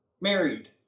Married